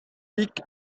peak